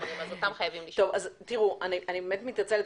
אני מתנצלת.